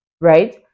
right